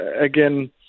again